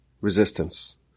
resistance